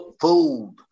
Food